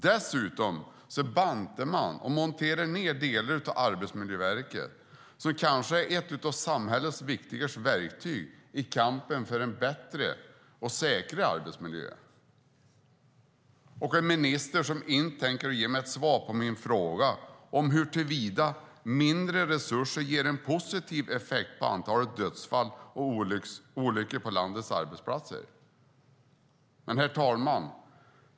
Dessutom bantar man och monterar ned delar av Arbetsmiljöverket, som kanske är ett av samhällets viktigaste verktyg i kampen för en bättre och säkrare arbetsmiljö. Vi har också en minister som inte tänker ge mig ett svar på min fråga om huruvida mindre resurser ger en positiv effekt på antalet dödsfall och olyckor på landets arbetsplatser. Herr talman!